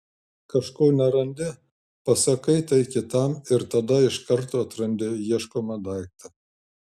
kažko nerandi pasakai tai kitam ir tada iš karto atrandi ieškomą daiktą